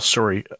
Sorry